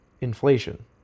inflation